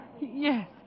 Yes